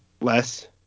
less